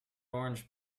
orange